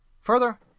Further